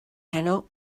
heno